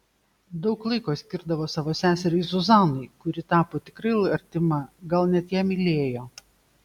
daug laiko skirdavo savo seseriai zuzanai kuri tapo tikrai artima gal net ją mylėjo